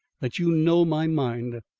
that you know my mind,